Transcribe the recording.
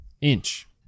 Inch